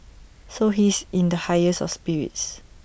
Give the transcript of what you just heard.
so he's in the highest of spirits